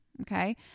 Okay